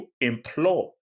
implore